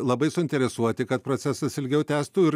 labai suinteresuoti kad procesas ilgiau tęstų ir